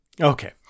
Okay